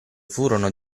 furono